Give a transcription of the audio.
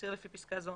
תצהיר לפי פסקה זו